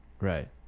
Right